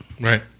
right